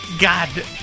God